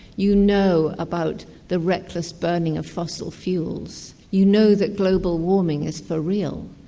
you know about the reckless burning of fossil fuels, you know that global warming is for real,